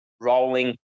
rolling